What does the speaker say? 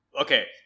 Okay